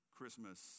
Christmas